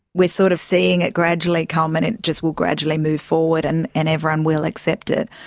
we're sort of seeing it gradually come and it just will gradually move forward and and everyone will accept it.